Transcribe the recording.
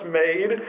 made